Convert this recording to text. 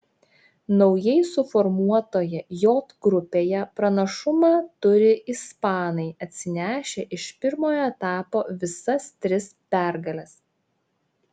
naujai suformuotoje j grupėje pranašumą turi ispanai atsinešę iš pirmojo etapo visas tris pergales